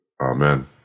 Amen